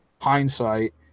hindsight